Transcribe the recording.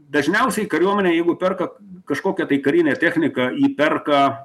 dažniausiai kariuomenė jeigu perka kažkokią tai karinę techniką ji perka